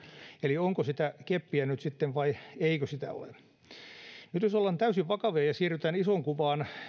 eli onko sitä keppiä nyt sitten vai eikö sitä ole nyt jos ollaan täysin vakavia ja siirrytään isoon kuvaan